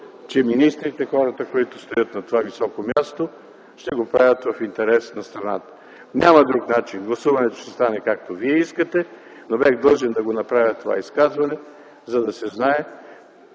че министрите – хората, които стоят на това високо място, ще го правят в интерес на страната. Няма друг начин – гласуването ще стане, както вие искате. Но бях длъжен да направя това изказване, за да се знае: